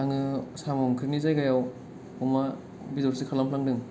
आङो साम' ओंख्रिनि जायगायाव अमा बेदरसो खालामफ्लांदों